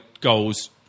goals